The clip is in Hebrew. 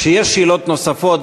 כשיש שאלות נוספות,